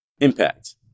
impact